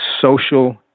social